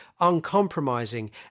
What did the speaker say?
uncompromising